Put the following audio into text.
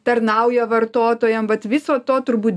tarnauja vartotojam vat viso to turbūt